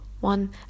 one